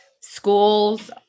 schools